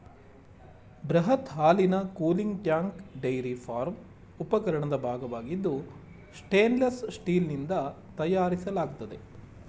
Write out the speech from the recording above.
ಬೃಹತ್ ಹಾಲಿನ cooling tank dairy farm ಉಪಕರಣದ ಭಾಗವಾಗಿದ್ದು ಸ್ಟೇನ್ಲೆಸ್ ಸ್ಟೀಲ್ನಿಂದ ತಯಾರಿಸಲಾಗ್ತದೆ